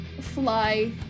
fly